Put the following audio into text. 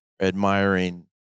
admiring